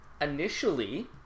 initially